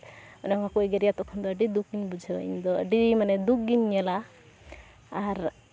ᱚᱸᱰᱮ ᱦᱚᱸᱠᱚ ᱮᱜᱮᱨᱮᱭᱟ ᱛᱚᱠᱷᱚᱱ ᱫᱚ ᱟᱹᱰᱤ ᱫᱩᱠᱤᱧ ᱵᱩᱡᱷᱟᱹᱣᱟ ᱤᱧᱫᱚ ᱟᱹᱰᱤ ᱢᱟᱱᱮ ᱫᱩᱠ ᱜᱤᱧ ᱧᱮᱞᱟ ᱟᱨ